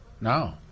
no